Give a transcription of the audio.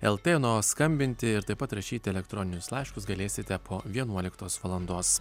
lt na o skambinti ir taip pat rašyti elektroninius laiškus galėsite po vienuoliktos valandos